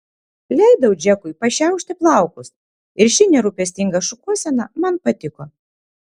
leidau džekui pašiaušti plaukus ir ši nerūpestinga šukuosena man patiko